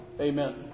Amen